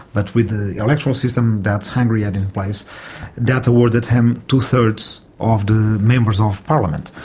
but with the electoral system that hungary had in place that awarded him two-thirds of the members of parliament.